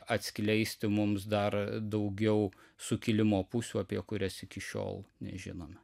atskleisti mums dar daugiau sukilimo pusių apie kurias iki šiol nežinome